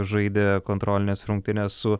žaidė kontrolines rungtynes su